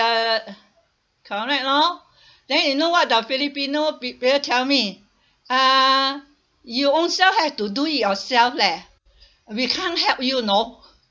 correct lor then you know what the filipino people tell me uh you own self have to do it yourself leh we can't help you know